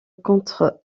contre